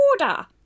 order